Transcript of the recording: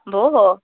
भोः